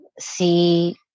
see